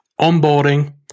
onboarding